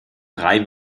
drei